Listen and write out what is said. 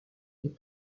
des